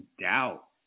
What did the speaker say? doubt